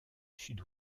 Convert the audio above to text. sud